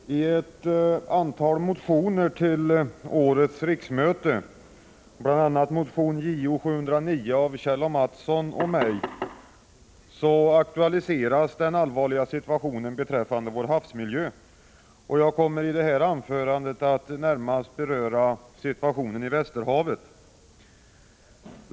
Herr talman! I ett antal motioner till årets riksmöte, bl.a. motion Jo709 av Kjell A. Mattsson och mig, aktualiseras den allvarliga situationen beträffande vår havsmiljö. Jag kommer i mitt anförande att närmast beröra situationen i Västerhavet.